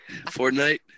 Fortnite